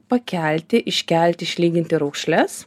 pakelti iškelt išlyginti raukšles